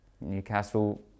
Newcastle